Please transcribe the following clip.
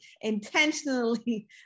Intentionally